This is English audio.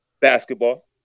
Basketball